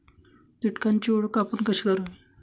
कीटकांची ओळख आपण कशी करावी?